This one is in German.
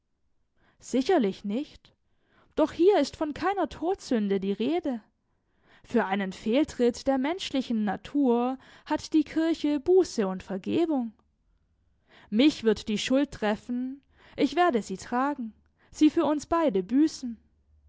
sicherlich nicht doch hier ist von keiner todsünde die rede für einen fehltritt der menschlichen natur hat die kirche buße und vergebung mich wird die schuld treffen ich werde sie tragen sie für uns beide büßen